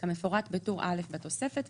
כמפורט בטור א' בתוספת.